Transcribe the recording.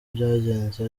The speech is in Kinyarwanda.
byagenze